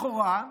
לכאורה,